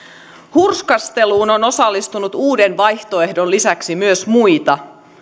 hurskasteluun on osallistunut uuden vaihtoehdon lisäksi myös muita